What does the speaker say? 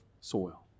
soil